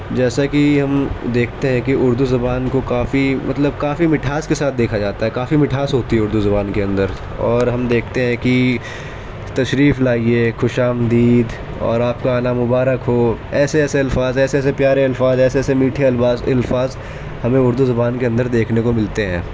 جیسا کہ ہم دیکھتے ہیں کہ اردو زبان کو کافی مطلب کافی مٹھاس کے ساتھ دیکھا جاتا ہے کافی مٹھاس ہوتی ہے اردو زبان کے اندر اور ہم دیکھتے ہیں کہ تشریف لائیے خوش آمدید اور آپ کا آنا مبارک ہو ایسے ایسے الفاظ ایسے ایسے پیارے الفاظ ایسے ایسے میٹھے الفاظ الفاظ ہمیں اردو زبان کے اندر دیکھنے کو ملتے ہیں